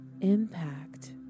impact